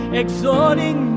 exhorting